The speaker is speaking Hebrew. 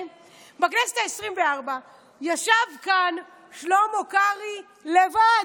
בכנסת העשרים-וארבע ישב כאן שלמה קרעי לבד.